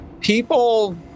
people